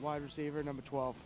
wide receiver number twelve